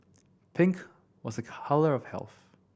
pink was a colour of health